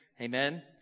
Amen